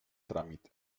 tràmit